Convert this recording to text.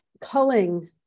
culling